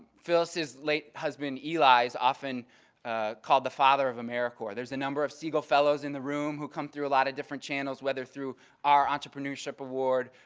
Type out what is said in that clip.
phyllis' late husband eli is often called the father of americorps. there is a number of segal fellows in the room who come through a lot of different channels whether through our entrepreneurship award,